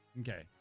Okay